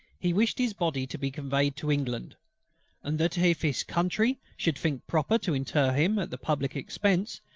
he wished his body to be conveyed to england and that if his country should think proper to inter him at the public expence,